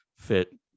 fit